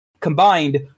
combined